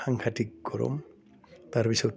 সাংঘাতিক গৰম তাৰপিছত